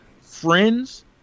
friends